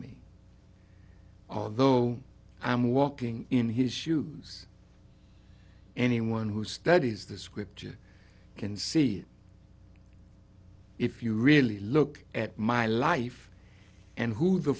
me although i'm walking in his shoes anyone who studies the script you can see if you really look at my life and who the